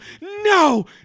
no